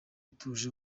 atuje